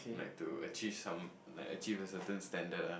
like to achieve some like achieve a certain standard ah